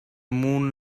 moon